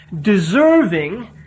deserving